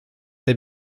they